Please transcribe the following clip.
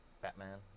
Batman